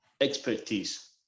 expertise